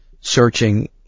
searching